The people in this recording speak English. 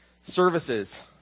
services